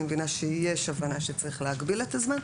אני מבינה שיש הבנה שצריך להגביל את הזמן.